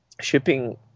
shipping